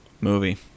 movie